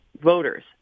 voters